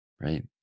right